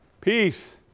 Peace